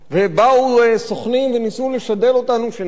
ובאו סוכנים וניסו לשדל אותנו שנעלה